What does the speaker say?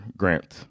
grant